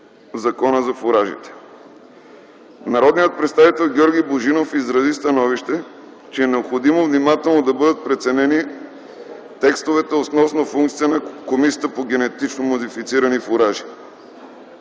Закона за фуражите. Народният представител Георги Божинов изрази становище, че е необходимо внимателно да бъдат преценени текстовете относно функциите на Комисията по генетично модифицирани фуражи.